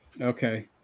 okay